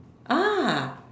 ah